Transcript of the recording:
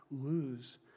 lose